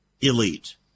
elite